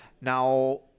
Now